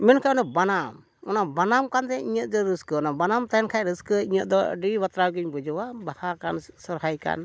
ᱢᱮᱱᱠᱷᱟᱱ ᱚᱱᱟ ᱵᱟᱱᱟᱢ ᱚᱱᱟ ᱵᱟᱱᱟᱢ ᱠᱟᱱᱛᱮ ᱤᱧᱟᱹᱜ ᱫᱚ ᱨᱟᱹᱥᱠᱟᱹ ᱚᱱᱟ ᱵᱟᱱᱟᱢ ᱛᱟᱦᱮᱱ ᱠᱷᱟᱱ ᱨᱟᱹᱥᱠᱟᱹ ᱤᱧᱟᱹᱜ ᱫᱚ ᱟᱹᱰᱤ ᱵᱟᱛᱨᱟᱣ ᱜᱤᱧ ᱵᱩᱡᱷᱟᱹᱣᱟ ᱵᱟᱦᱟ ᱠᱟᱱ ᱥᱚᱦᱨᱟᱭ ᱠᱟᱱ